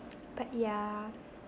but yeah